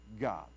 God